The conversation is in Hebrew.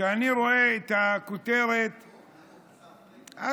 כשאני רואה את הכותרת, נמוך, השר פריג'.